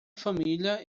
família